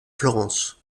florence